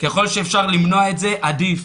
ככל שאפשר למנוע את זה, עדיף.